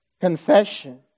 confession